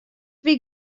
wie